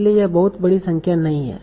इसलिए यह बहुत बड़ी संख्या नहीं है